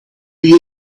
you